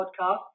podcast